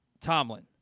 Tomlin